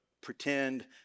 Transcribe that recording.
pretend